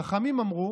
חכמים אמרו: